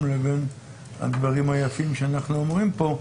לבין הדברים היפים שאנחנו אומרים כאן.